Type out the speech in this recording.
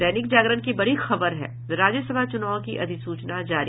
दैनिक जागरण की बड़ी खबर है राज्यसभा चुनाव की अधिसूचना जारी